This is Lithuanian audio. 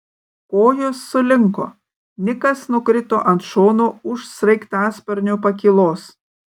kojos sulinko nikas nukrito ant šono už sraigtasparnio pakylos